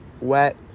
wet